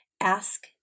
ask